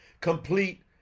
complete